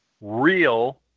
real